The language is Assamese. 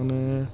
মানে